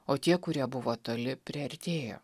o tie kurie buvo toli priartėjo